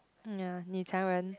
mm ya 女强人